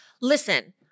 listen